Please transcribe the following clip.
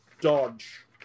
Dodge